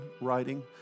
writing